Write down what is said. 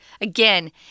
Again